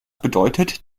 bedeutet